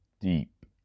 Deep